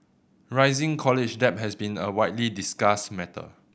rising college debt has been a widely discussed matter